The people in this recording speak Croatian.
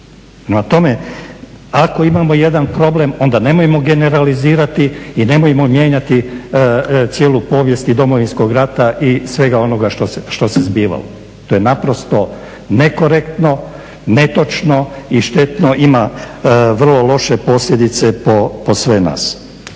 tome ako imamo jedan problem onda nemojmo generalizirati i nemojmo mijenjati cijelu povijest i Domovinskog rata i svega onoga što se zbivalo. To je naprosto nekorektno, netočno i štetno, ima vrlo loše posljedice po sve nas.